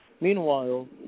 Meanwhile